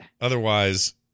Otherwise